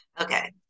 Okay